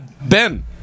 Ben